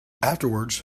afterwards